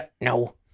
no